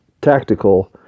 tactical